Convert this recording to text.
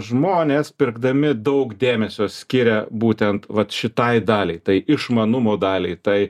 žmonės pirkdami daug dėmesio skiria būtent vat šitai daliai tai išmanumo daliai tai